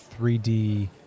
3D